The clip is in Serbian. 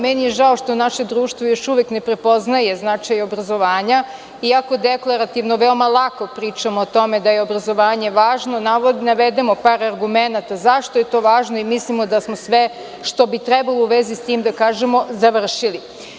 Meni je žao što naše društvo još uvek ne prepoznaje značaj obrazovanja, iako deklarativno veoma lako pričamo o tome da je obrazovanje važno, navedemo par argumenata zašto je to važno i mislimo da smo sve što bi trebalo u vezi sa tim da kažemo završili.